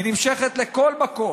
היא נמשכת לכל מקום.